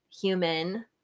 human